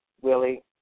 Willie